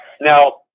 Now